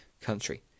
country